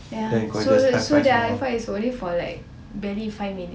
ya so so the high five is only for like barely five minutes